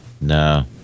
No